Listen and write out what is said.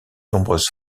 nombreuses